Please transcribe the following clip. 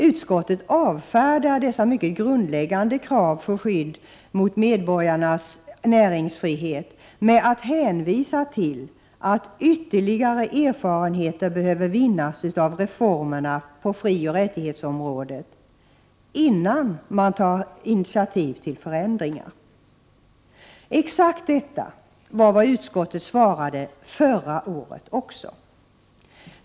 Utskottet avfärdar dessa mycket grundläggande krav för skydd mot medborgarnas näringsfrihet med att hänvisa till att ytterligare erfarenheter behöver vinnas av reformerna på frioch rättighetsområdet, innan man tar initiativ till förändringar. Exakt detta var vad utskottet svarade förra året också.